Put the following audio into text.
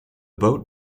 boat